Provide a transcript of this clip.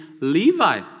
Levi